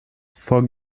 vor